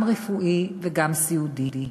גם רפואי וגם סיעודי.